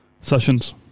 sessions